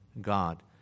God